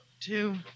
two